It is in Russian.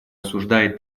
осуждает